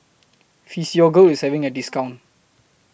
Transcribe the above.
Physiogel IS having A discount